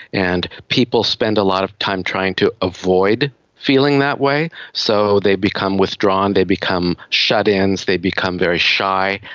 and people spend a lot of time trying to avoid feeling that way, so they become withdrawn, they become shut-ins, they become very shy.